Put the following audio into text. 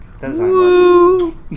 Woo